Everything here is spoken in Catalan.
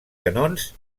canons